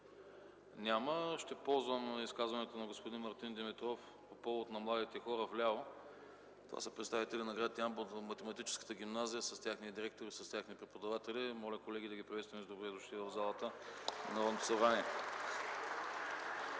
Няма. Ще ползвам изказването на господин Мартин Димитров по повод на младите хора на балкона вляво. Това са представители на град Ямбол от Математическата гимназия с техния директор и с техни преподаватели. Моля, колеги, да ги приветстваме с „Добре дошли” в залата на Народното събрание.